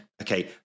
Okay